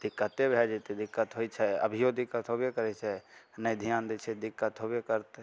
दिक्कते भए जेतय दिक्कत होइ छै अभियो दिक्कत होबे करय छै नहि ध्यान दै छै दिक्कत होबे करतय